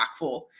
impactful